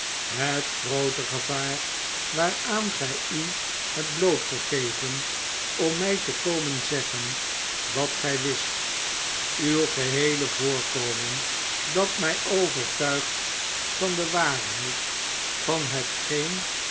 het groote gevaar waaraan gij u hebt blootgegeven om mij te komen zeggen wat gij wist uw geheele voorkomen dat mij overtuigt van de waarheid van hetgeen